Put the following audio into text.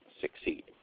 succeed